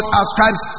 ascribes